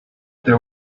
there